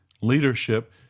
leadership